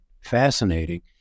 fascinating